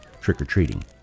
trick-or-treating